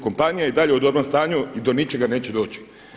Kompanija je i dalje u dobrom stanju i do ničega neće doći“